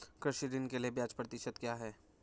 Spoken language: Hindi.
कृषि ऋण के लिए ब्याज प्रतिशत क्या है?